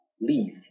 leave